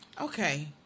Okay